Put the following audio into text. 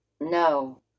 No